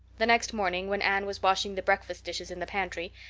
the next morning, when anne was washing the breakfast dishes in the pantry,